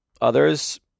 others